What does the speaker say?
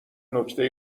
نکته